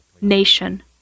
nation